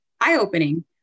eye-opening